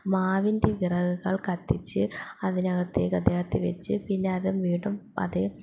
മാവിൻ്റെ വിറകുകൾ കത്തിച്ച് അതിനകത്തേക്ക് അദ്ദേഹത്തെ വെച്ച് പിന്നെ അത് വീണ്ടും അത്